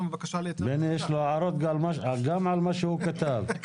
הבקשה להיתר --- לבני יש הערות גם על מה שהוא כתב.